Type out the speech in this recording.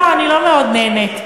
אני מקווה שאת נהנית.